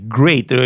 great